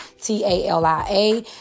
T-A-L-I-A